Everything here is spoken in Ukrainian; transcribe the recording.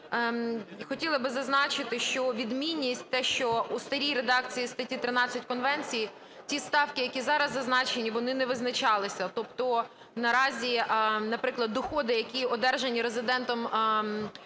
Хотіла би зазначити, що відмінність - те, що у старій редакції статті 13 Конвенції ті ставки, які зараз зазначені, вони не визначалися. Тобто наразі, наприклад, доходи, які одержані резидентом